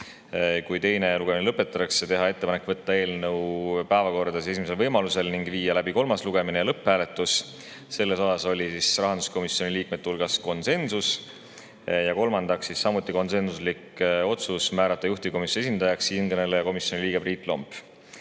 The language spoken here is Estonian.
kui teine lugemine lõpetatakse, tehakse ettepanek võtta eelnõu päevakorda esimesel võimalusel ning viia läbi kolmas lugemine ja lõpphääletus. Selles küsimuses oli rahanduskomisjoni liikmete hulgas konsensus. Ja kolmandaks, samuti konsensuslik otsus: määrata juhtivkomisjoni esindajaks siinkõneleja, komisjoni liige Priit